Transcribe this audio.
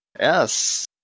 Yes